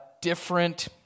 different